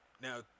Now